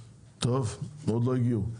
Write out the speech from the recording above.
עוד לא הגיעו.